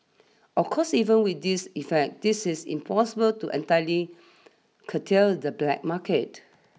of course even with these efforts this is impossible to entirely curtail the black market